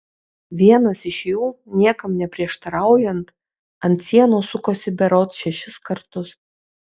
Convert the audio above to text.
vienas iš jų niekam neprieštaraujant ant sienos sukosi berods šešis kartus